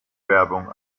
werbung